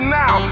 now